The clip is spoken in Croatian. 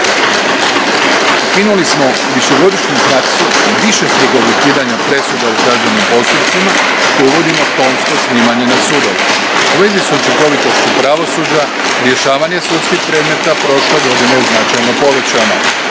Ukinuli smo višegodišnju praksu višestrukog ukidanja presuda u kaznenim postupcima te uvodimo tonsko snimanje na sudove. U vezi s učinkovitošću pravosuđa, rješavanje sudskih predmeta prošle je godine značajno povećano.